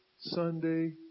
Sunday